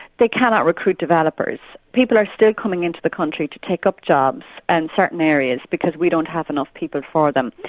they cannot recruit developers. people are still coming into the country to take up jobs in and certain areas because we don't have enough people for them.